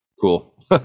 cool